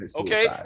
Okay